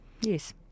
Yes